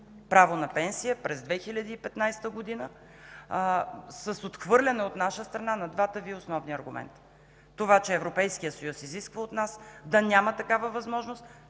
право на пенсия през 2015 г. с отхвърляне от наша страна на двата Ви основни аргументи. Това че Европейският съюз изисква от нас да няма такава възможност